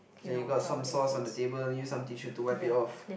so you got some sauce on the table use some tissue to wipe it off